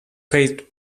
paid